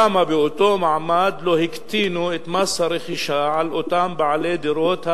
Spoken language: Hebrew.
למה באותו מעמד לא הקטינו את מס הרכישה על אותם בעלי דירות,